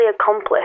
accomplished